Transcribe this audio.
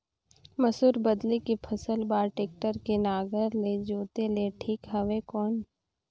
मसूर बदले के फसल बार टेक्टर के नागर ले जोते ले ठीक हवय कौन?